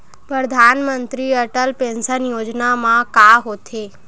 परधानमंतरी अटल पेंशन योजना मा का होथे?